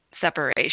separation